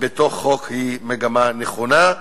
בחוק היא מגמה נכונה,